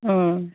ꯑꯥ